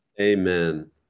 Amen